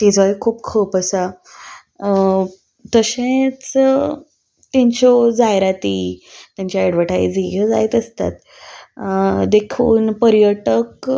तिजोय खूब खप आसा तशेंच तेंच्यो जायराती तांच्यो एडवटायजी ह्यो जायत आसतात देखून पर्यटक